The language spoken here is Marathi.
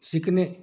शिकणे